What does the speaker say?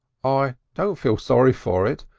i don't feel sorry for it.